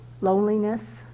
loneliness